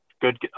good